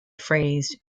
phrase